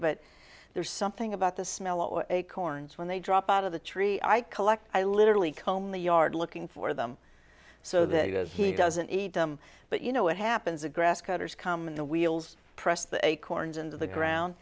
but there's something about the smell or acorns when they drop out of the tree i collect i literally comb the yard looking for them so there you go he doesn't eat them but you know what happens a grass cutters come in the wheels press the acorns into the ground